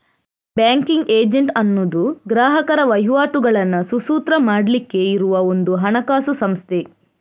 banking agent ಅನ್ನುದು ಗ್ರಾಹಕರ ವಹಿವಾಟುಗಳನ್ನ ಸುಸೂತ್ರ ಮಾಡ್ಲಿಕ್ಕೆ ಇರುವ ಒಂದು ಹಣಕಾಸು ಸಂಸ್ಥೆ